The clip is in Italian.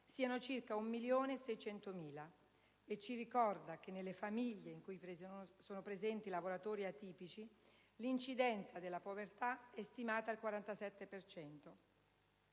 siano circa 1.600.000 e ci ricorda che nelle famiglie in cui sono presenti lavoratori atipici l'incidenza della povertà è stimata al 47